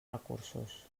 recursos